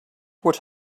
what